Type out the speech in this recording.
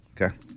okay